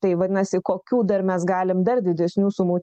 tai vadinasi kokių dar mes galim dar didesnių sumų